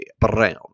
Brown